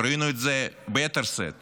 אבל ראינו את זה ביתר שאת